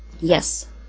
Yes